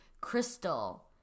Crystal